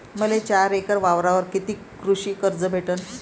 मले चार एकर वावरावर कितीक कृषी कर्ज भेटन?